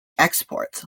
exports